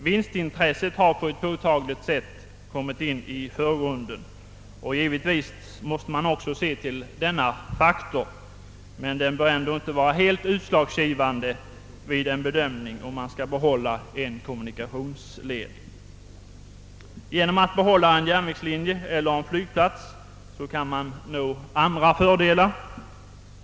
Vinstintresset har på ett påtagligt sätt kommit i förgrunden. Givetvis måste man också se till denna faktor, men den bör ändå inte vara helt utslagsgivande vid en bedömning av om en kommunikationsled skall finnas kvar. Genom att behålla en järnvägslinje eller en flygplats kan man nå andra fördelar.